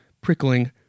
prickling